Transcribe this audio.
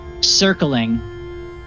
circling